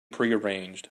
prearranged